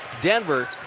Denver